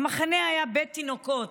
במחנה היה בית תינוקות,